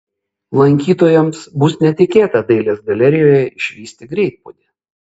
lankytojams bus netikėta dailės galerijoje išvysti greitpuodį